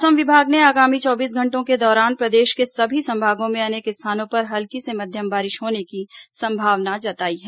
मौसम विभाग ने आगामी चौबीस घंटों के दौरान प्रदेश के सभी संभागों में अनेक स्थानों पर हल्की से मध्यम बारिश होने की संभावना जताई है